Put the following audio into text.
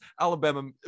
Alabama